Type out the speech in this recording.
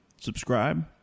subscribe